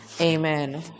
Amen